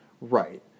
Right